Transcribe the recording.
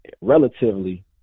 relatively